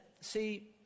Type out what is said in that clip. see